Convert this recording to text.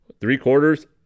three-quarters